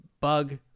Bug